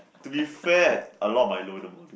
to be fed a lot of Milo in the morning